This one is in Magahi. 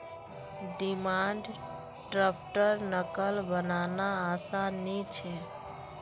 डिमांड द्रफ्टर नक़ल बनाना आसान नि छे